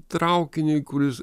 traukinį kuris